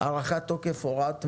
(הארכת תוקף הוראת מעבר),